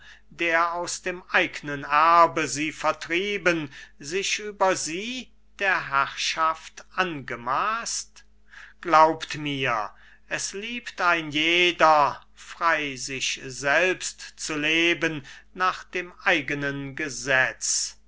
der aus dem eignen erbe sie vertrieben sich über die der herrschaft angemaßt glaubt mir es liebt ein jeder frei sich selbst zu leben nach dem eigenen gesetz